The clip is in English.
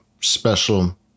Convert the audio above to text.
special